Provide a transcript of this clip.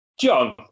John